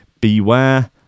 beware